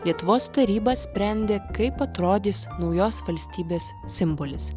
lietuvos taryba sprendė kaip atrodys naujos valstybės simbolis